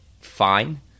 fine